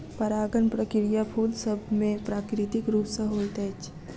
परागण प्रक्रिया फूल सभ मे प्राकृतिक रूप सॅ होइत अछि